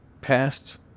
passed